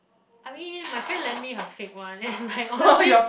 I mean my friend lend me her fake one and like honestly